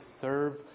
serve